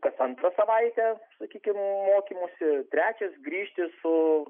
kas antrą savaitę sakykim mokymosi trečias grįžti su